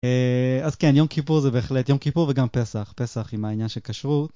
אז כן יום כיפור זה בהחלט יום כיפור וגם פסח, פסח עם העניין של כשרות.